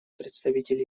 представитель